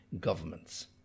governments